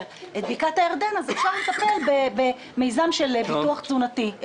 את בקעת הירדן אז אפשר לטפל במיזם של ביטחון תזונתי.